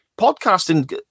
podcasting